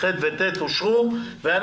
סעיפים קטנים (ח) ו-(ט) אושרו פה אחד.